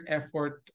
effort